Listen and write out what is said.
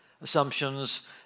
assumptions